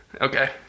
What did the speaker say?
Okay